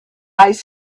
ice